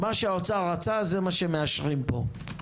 מה שהאוצר רצה זה מה שמאשרים פה.